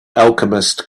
alchemist